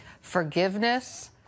Forgiveness